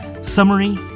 summary